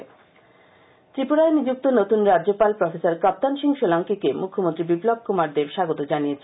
শুভেচ্ছা ত্রিপুরায় নিযুক্ত নতুন রাজ্যপাল প্রফেসর কাপতান সিং সোলাংকিকে মুখ্যমন্ত্রী বিপ্লব কুমার দেব স্বাগত জানিয়েছেন